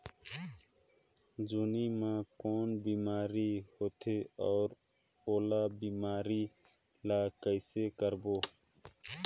जोणी मा कौन बीमारी होथे अउ ओला बीमारी ला कइसे रोकबो?